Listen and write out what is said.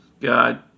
God